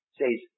says